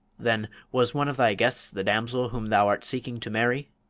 then was one of thy guests the damsel whom thou art seeking to marry?